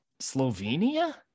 Slovenia